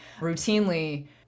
routinely